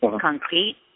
concrete